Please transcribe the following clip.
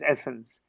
essence